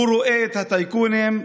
הוא רואה את הטייקונים,